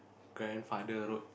grandfather road